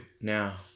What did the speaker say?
now